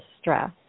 stress